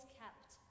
kept